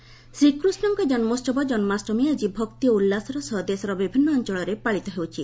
ଜନ୍ମାଷ୍ଟମୀ ଶ୍ରୀକୃଷ୍ଣଙ୍କ ଜନ୍ମୋହବ ଜନ୍ମାଷ୍ଟମୀ ଆଜି ଭକ୍ତି ଓ ଉଲ୍ଲାସର ସହ ଦେଶର ବିଭିନ୍ନ ଅଞ୍ଚଳରେ ପାଳିତ ହେଉଛି